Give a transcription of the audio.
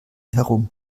herum